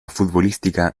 futbolística